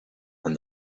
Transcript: and